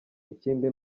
ikindi